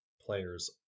players